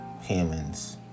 humans